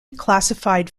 classified